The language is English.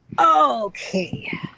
Okay